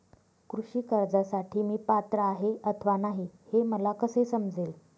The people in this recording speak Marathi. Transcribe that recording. कृषी कर्जासाठी मी पात्र आहे अथवा नाही, हे मला कसे समजेल?